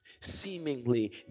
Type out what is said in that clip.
seemingly